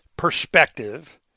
perspective